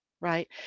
right